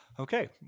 Okay